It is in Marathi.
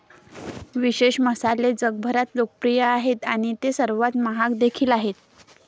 विशेष मसाले जगभरात लोकप्रिय आहेत आणि ते सर्वात महाग देखील आहेत